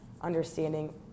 understanding